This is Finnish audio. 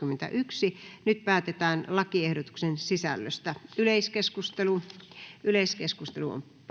15/2021 vp. Nyt päätetään lakiehdotuksen sisällöstä. — Yleiskeskustelu, edustaja